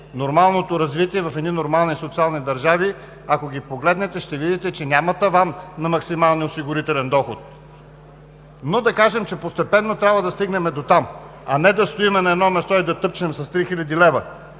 нормалното развитие в едни нормални и социални държави, ако ги погледнете, ще видите, че няма таван на максималния осигурителен доход. Да кажем, че постепенно трябва да стигнем дотам, а не да стоим на едно място и да тъпчем с 3000 лв.